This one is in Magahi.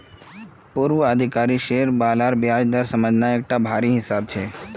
पूर्वाधिकारी शेयर बालार ब्याज दर समझना एकटा भारी हिसाब छै